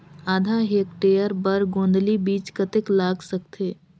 आधा हेक्टेयर बर गोंदली बीच कतेक लाग सकथे?